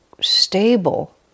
stable